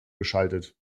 geschaltet